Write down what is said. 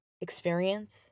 experience